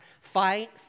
fight